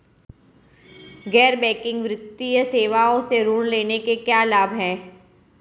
गैर बैंकिंग वित्तीय सेवाओं से ऋण लेने के क्या लाभ हैं?